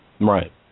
Right